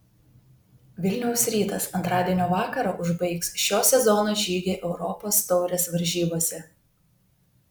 vilniaus rytas antradienio vakarą užbaigs šio sezono žygį europos taurės varžybose